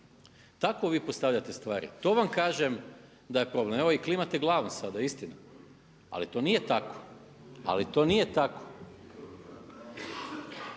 Tako vi postavljate stvari. To vam kažem da je problem. Evo i klimate glavom sada, istina. Ali to nije tako, ali to nije tako.